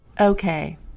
Okay